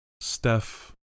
Steph